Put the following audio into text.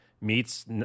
meets